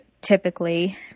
typically